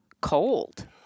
cold